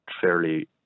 fairly